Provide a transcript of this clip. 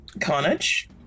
carnage